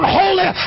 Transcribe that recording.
holy